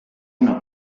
una